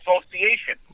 association